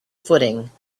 footing